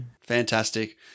Fantastic